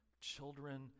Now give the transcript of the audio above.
children